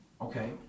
Okay